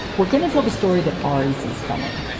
we're going to tell the story that ari sees coming.